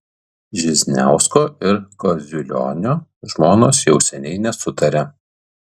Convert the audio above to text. žižniausko ir kaziulionio žmonos jau seniai nesutaria